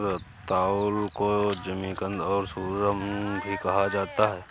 रतालू को जमीकंद और सूरन भी कहा जाता है